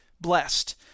blessed